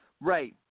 Right